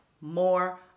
more